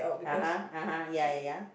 (uh huh) (uh huh) ya ya ya